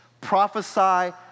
prophesy